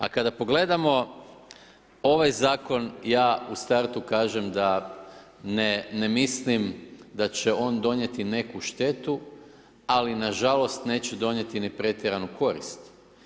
A kada pogledamo ovaj zakon ja u startu kažem da ne mislim da će on donijeti neku štetu, ali nažalost, neće donijeti ni pretjeranu korist.